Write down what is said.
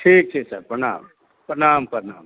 ठीक छै सर प्रणाम प्रणाम प्रणाम